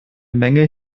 menge